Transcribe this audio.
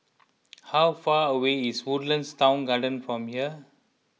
how far away is Woodlands Town Garden from here